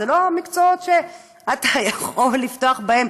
אלה לא מקצועות שאתה יכול לפתוח בהם